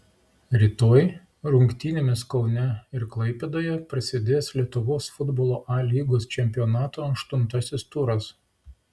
rytoj rungtynėmis kaune ir klaipėdoje prasidės lietuvos futbolo a lygos čempionato aštuntasis turas